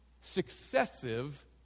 successive